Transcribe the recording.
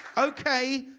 okay,